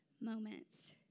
moments